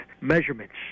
measurements